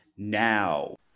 now